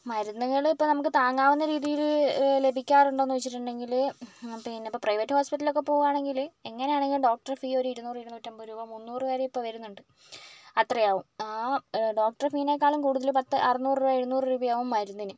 മരുന്നുകൾ ഇപ്പോൾ നമുക്ക് താങ്ങാവുന്ന രീതിയിൽ ലഭിക്കാറുണ്ടോയെന്നു ചോദിച്ചിട്ടുണ്ടെങ്കിൽ പിന്നെ ഇപ്പോൾ പ്രൈവറ്റ് ഹോസ്പിറ്റലിലൊക്കെ പോവുകയാണെങ്കിൽ എങ്ങനെയാണെങ്കിലും ഡോക്ടർ ഫീ ഒരു ഇരുന്നൂറ് ഇരുന്നുറ്റമ്പത് രൂപ മുന്നൂറ് വരെ ഇപ്പോൾ വരുന്നുണ്ട് അത്രയാവും ആ ഡോക്ടർ ഫീനേക്കാളും കൂടുതൽ പത്ത് അറുന്നൂറ് രൂപാ എഴുന്നൂറ് രൂപയാകും മരുന്നിന്